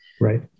Right